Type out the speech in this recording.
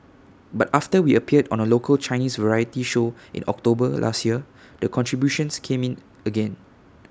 but after we appeared on A local Chinese variety show in October last year the contributions came in again